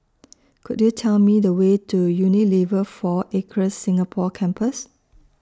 Could YOU Tell Me The Way to Unilever four Acres Singapore Campus